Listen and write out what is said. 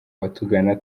abatugana